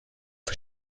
for